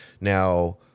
Now